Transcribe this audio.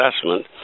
assessment